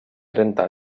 trenta